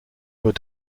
were